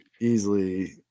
easily